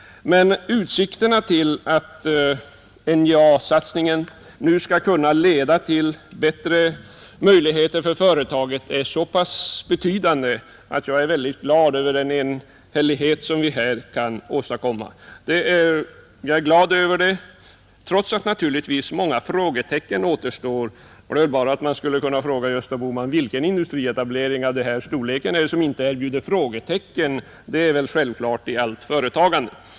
Men utsikterna till att NJA-satsningen skall kunna leda till bättre möjligheter för företaget är så betydande att jag är glad över den enhällighet som vi kunnat åstadkomma, trots att naturligtvis många frågetecken återstår. Då skulle jag bara vilja fråga Gösta Bohman: Vilken industrietablering av denna storlek erbjuder inte frågetecken? Det är väl självklart i allt företagande.